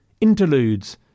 interludes